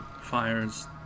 fires